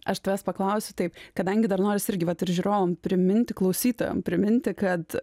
aš tavęs paklausiu taip kadangi dar noris irgi vat ir žiūrovam priminti klausytojam priminti kad